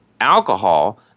alcohol